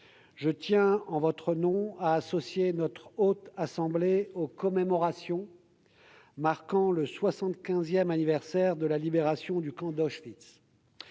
je tiens, en votre nom, à associer notre Haute Assemblée aux commémorations marquant le 75 anniversaire de la libération du camp d'Auschwitz.